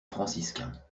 franciscain